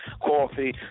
Coffee